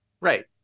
Right